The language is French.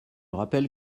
rappelle